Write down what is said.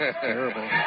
Terrible